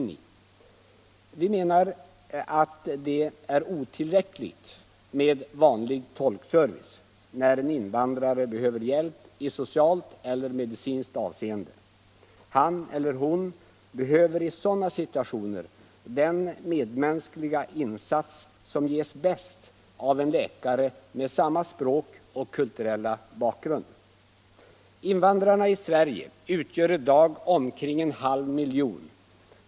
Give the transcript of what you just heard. Vi menar att det är otillräckligt med vanlig tolkservice, när en invandrare behöver hjälp i socialt eller medicinskt avseende. Han celler hon behöver i sådana situationer den medmänskliga insats som ges bäst av en läkare med samma språk och kulturella bakgrund. Antalet invandrare i Sverige uppgår i dag till omkring en halv miljon.